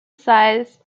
size